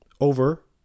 over